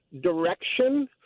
direction